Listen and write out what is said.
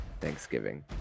Thanksgiving